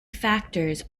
factors